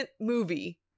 movie